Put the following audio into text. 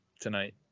tonight